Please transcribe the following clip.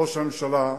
ראש הממשלה,